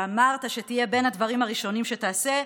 שאמרת שתהיה בין הדברים הראשונים שתעשה,